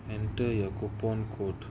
enter your coupon code